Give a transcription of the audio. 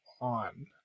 on